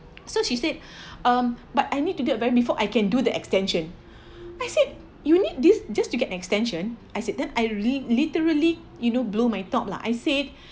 so she said um but I need to get back before I can do the extension I said you need this just to get extension I said that I really literally you know blow my top lah I said